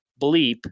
bleep